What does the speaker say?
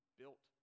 built